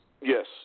Yes